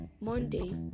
Monday